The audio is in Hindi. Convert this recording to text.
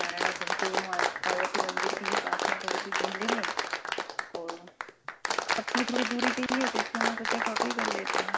नारायणा घूमते हुए वहाँ पार्वती मंदिर भी है पास में तो वो भी घूम लेंगे ओर अब थोड़ी थोड़ी दूरी पर ही है तो इसलिए हमने सोचा कि ऑटो ही कर लेते हैं